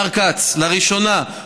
לראשונה,